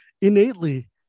innately